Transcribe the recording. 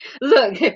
look